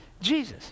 Jesus